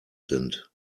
sind